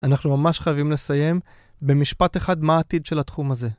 אנחנו ממש חייבים לסיים במשפט אחד מה העתיד של התחום הזה.